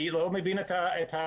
אני לא מבין את העמדה.